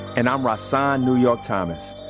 and i'm rahsaan new york thomas,